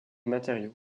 matériaux